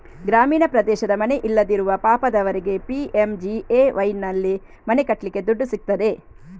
ಗ್ರಾಮೀಣ ಪ್ರದೇಶದ ಮನೆ ಇಲ್ಲದಿರುವ ಪಾಪದವರಿಗೆ ಪಿ.ಎಂ.ಜಿ.ಎ.ವೈನಲ್ಲಿ ಮನೆ ಕಟ್ಲಿಕ್ಕೆ ದುಡ್ಡು ಸಿಗ್ತದೆ